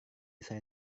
saya